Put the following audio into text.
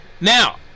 now